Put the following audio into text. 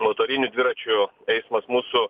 motorinių dviračių eismas mūsų